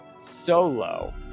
solo